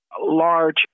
large